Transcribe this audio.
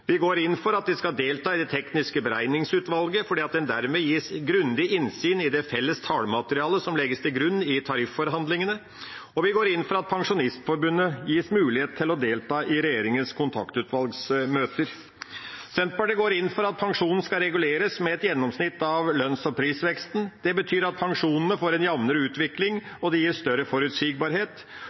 Vi går inn for at de skal delta i det tekniske beregningsutvalget, fordi en derved gis grundig innsyn i det felles tallmaterialet som legges til grunn i tarifforhandlingene. Og vi går inn for at Pensjonistforbundet gis mulighet til å delta i regjeringas kontaktutvalgsmøter. Senterpartiet går inn for at pensjonen skal reguleres med et gjennomsnitt av lønns- og prisveksten. Det betyr at pensjonene får en jamnere utvikling, og det gir større forutsigbarhet.